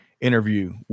interview